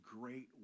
great